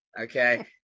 Okay